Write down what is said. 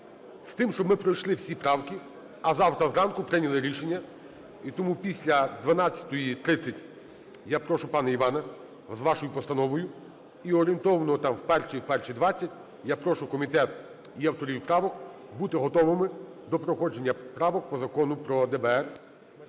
з тим, щоб ми пройшли всі правки, а завтра зранку прийняли рішення. І тому після 12:30 я прошу пана Івана з вашою постановою. І орієнтовно там о першій, о першій двадцять я прошу комітет і авторів правок бути готовими до проходження правок по Закону про ДБР.